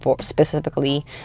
specifically